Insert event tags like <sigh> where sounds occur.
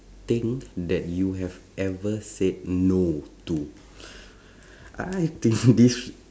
thing that you have ever said no to <breath> I think <laughs> this